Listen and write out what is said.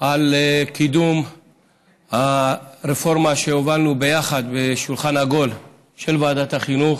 על קידום הרפורמה שהובלנו ביחד בשולחן עגול של ועדת החינוך